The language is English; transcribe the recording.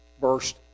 burst